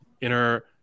inner